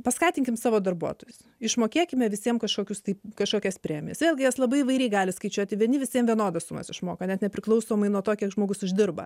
paskatinkim savo darbuotojus išmokėkime visiems kažkokius tai kažkokias premijas vėlgi jas labai įvairiai gali skaičiuoti vieni visiems vienodas sumas išmoka net nepriklausomai nuo to kiek žmogus uždirba